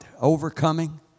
overcoming